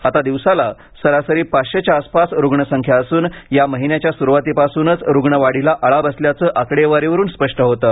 आता दिवसाला सरासरी पाचशेच्या आसपास रुग्णसंख्या असून या महिन्याच्या सुरुवातीपासूनच रुग्णवाढीला आऴा बसल्याचं आकडेवारीवरून स्पष्ट होतं